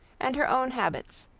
and her own habits,